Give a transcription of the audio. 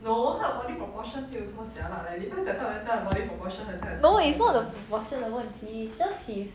no is not the proportion 的问题 is just he is